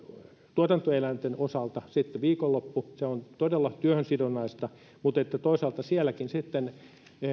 tuotantoeläinten osalta viikonloppu on todella työhön sidonnaista mutta toisaalta sielläkin sitten